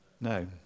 No